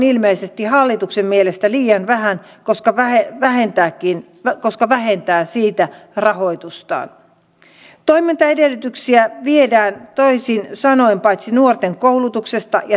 heitteillejätöstä muuten muistelen että saattoi olla että viime kaudellakin kun istuin toisella puolella tuota lavaa jo käytettiin kuulkaa tällaista termiä